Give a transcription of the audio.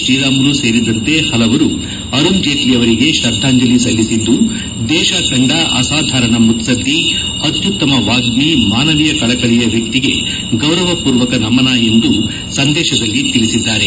ಶ್ರೀರಾಮುಲು ಸೇರಿದಂತೆ ಹಲವರು ಅರುಣ್ ಜೇಣ್ಲಿ ಅವರಿಗೆ ಶ್ರದ್ವಾಂಜಲಿ ಸಲ್ಲಿಸಿದ್ದು ದೇಶ ಕಂಡ ಅಸಾಧಾರಣ ಮುತ್ಸದ್ದಿ ಅತ್ಯುತ್ತಮ ವಾಗ್ಳಿ ಮಾನವೀಯ ಕಳಕಳಿಯ ವ್ಯಕ್ತಿಗೆ ಗೌರವಪೂರ್ವಕ ನಮನ ಎಂದು ಸಂದೇಶದಲ್ಲಿ ತಿಳಿಸಿದ್ದಾರೆ